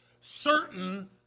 certain